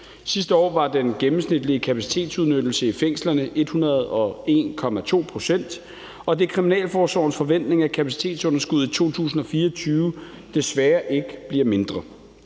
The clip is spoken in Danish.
Sidste år var den gennemsnitlige kapacitetsudnyttelse i fængslerne 101,2 pct., og det er Kriminalforsorgens forventning, at kapacitetsunderskuddet i 2024 desværre ikke bliver mindre.